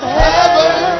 heaven